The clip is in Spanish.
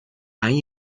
hay